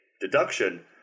deduction